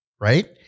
Right